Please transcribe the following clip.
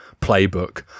playbook